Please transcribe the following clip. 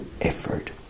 effort